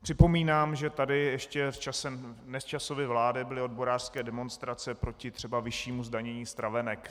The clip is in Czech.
Připomínám, že tady ještě v čase Nečasovy vlády byly odborářské demonstrace proti třeba vyššímu zdanění stravenek.